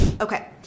Okay